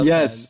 Yes